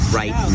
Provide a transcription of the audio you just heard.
right